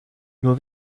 nur